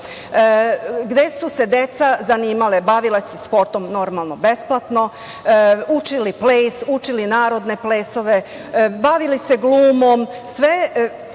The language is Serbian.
gde su se deca zanimala, bavila se sportom, normalno besplatno, učili ples, učili narodne plesove, bavili se glumom, sve